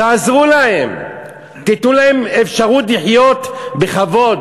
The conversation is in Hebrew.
תעזרו להם, תיתנו להם אפשרות לחיות בכבוד.